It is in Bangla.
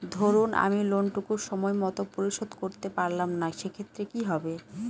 ধরুন আমি লোন টুকু সময় মত পরিশোধ করতে পারলাম না সেক্ষেত্রে কি হবে?